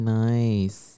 nice